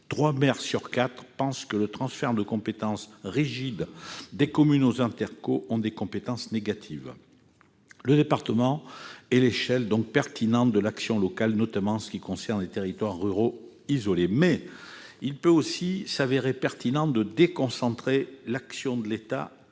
Trois maires sur quatre pensent que le transfert de compétences rigide des communes aux intercommunalités a des conséquences négatives ... Si le département est l'échelle pertinente de l'action locale, notamment dans les territoires ruraux isolés, il peut aussi s'avérer pertinent de déconcentrer l'action de l'État et